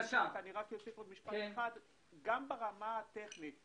גם ברמה הטכנית,